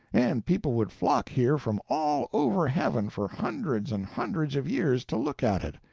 and people would flock here from all over heaven, for hundreds and hundreds of years, to look at it.